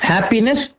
Happiness